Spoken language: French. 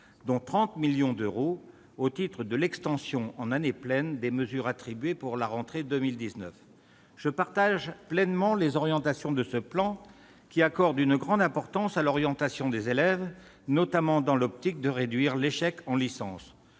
dont 30 millions d'euros au titre de l'extension en année pleine des mesures attribuées pour la rentrée de 2019. J'adhère pleinement aux mesures de ce plan, qui accorde une grande importance à l'orientation des élèves, afin notamment de réduire l'échec en licence.